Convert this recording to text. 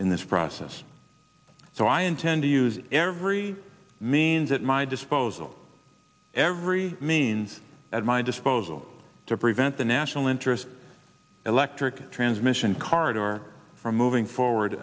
in this process so i intend to use every means at my disposal every means at my disposal to prevent the national interest electric transmission current or for moving forward